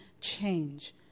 change